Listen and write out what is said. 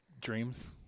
Dreams